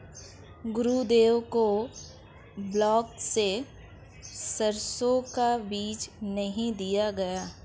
गुरुदेव को ब्लॉक से सरसों का बीज नहीं दिया गया